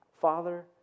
Father